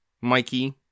Mikey